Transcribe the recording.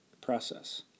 process